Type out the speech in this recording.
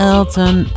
Elton